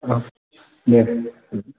औ दे दोनदो